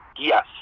Yes